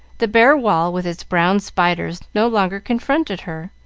the bare wall with its brown spiders no longer confronted her,